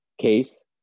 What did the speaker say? case